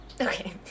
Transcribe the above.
Okay